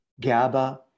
GABA